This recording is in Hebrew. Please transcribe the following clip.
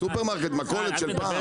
אני מדבר על סופרמרקט, מכולת של פעם.